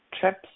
trips